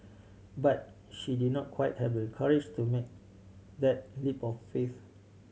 but she did not quite have the courage to make that leap of faith